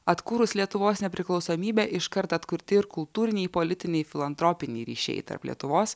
atkūrus lietuvos nepriklausomybę iškart atkurti ir kultūriniai politiniai filantropiniai ryšiai tarp lietuvos